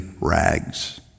rags